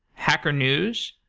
hacker news,